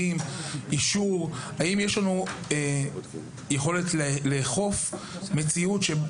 האם יש לנו אישור או יכולת לאכוף מציאות שבה